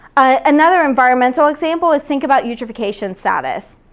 another environmental example, let's think about eutrophication status.